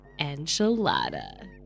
enchilada